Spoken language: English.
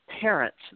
parents